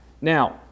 Now